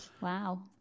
Wow